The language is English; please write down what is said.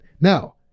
Now